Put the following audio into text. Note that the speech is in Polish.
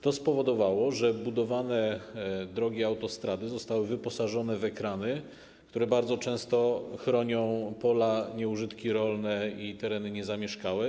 To spowodowało, że budowane drogi i autostrady zostały wyposażone w ekrany, które bardzo często chronią pola, nieużytki rolne i tereny niezamieszkałe.